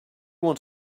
want